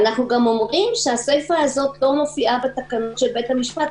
אנחנו גם אומרים שהסיפא הזאת לא מופיעה בתקנות של בית-המשפט,